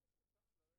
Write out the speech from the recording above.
אנחנו רק צריכים להגיד